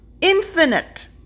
infinite